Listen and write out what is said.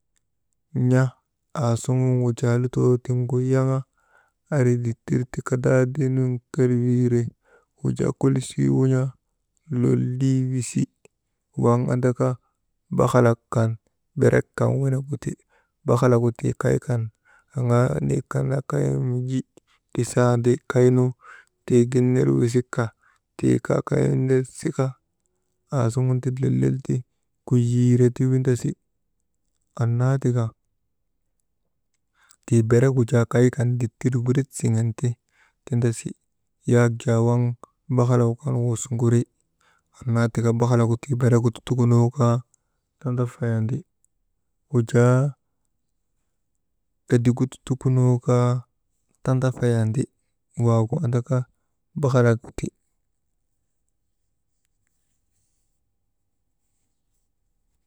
N̰a aasuŋ wujaa lutoo tiŋgu yaŋa, andri ditir kadaadiinun kelwiire, wujaa kolissi wun̰a lollii wisi, waŋ andaka, bakhalak wene gusi. Kan berek kan wene guti. Bakhalagu tii kay kan aŋaa niyek kan naa kaya miji isaandi kaynu tii gin ner wisikka, tii kaa kayan ner sika asuŋun ti lel lel ti kujuure windasi. Annaa tika ti tindasi yaak jaa waŋ bakhalagu kan wusuguri, annaa tika bakhalagu ti beregu ti tukunoo kaa tanadafayandi, wajaa edigu ti tukunoo kaa tandaafayandi, waagu andaka bakhalaguti.